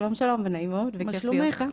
שלום שלום ונעים מאוד, לי כיף להיות פה.